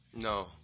No